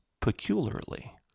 peculiarly